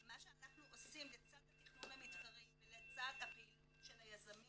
מה שאנחנו עושים לצד התכנון המתארי ולצד הפעילות של היזמים